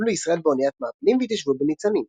עלו לישראל באוניית מעפילים והתיישבו בניצנים.